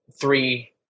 three